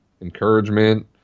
encouragement